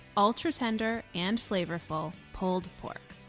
ultra-tender and flavorful pulled pork.